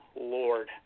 Lord